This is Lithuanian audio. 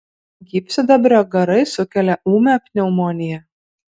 gyvsidabrio garai sukelia ūmią pneumoniją